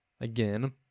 again